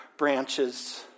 branches